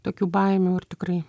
tokių baimių ir tikrai